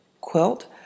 quilt